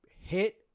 hit